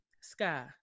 sky